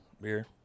beer